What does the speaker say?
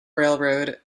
railroad